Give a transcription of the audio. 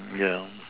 yeah